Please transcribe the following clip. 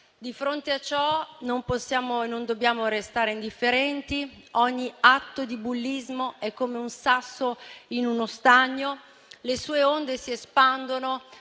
non possiamo e non dobbiamo restare indifferenti. Ogni atto di bullismo è come un sasso in uno stagno: le sue onde si espandono,